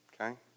okay